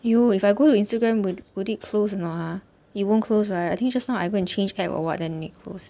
!aiyo! if I go to instagram would would it close or not ah it won't close right I think just now I go and change app or what then it closed